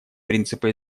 принципа